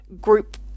group